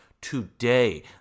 today